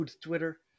Twitter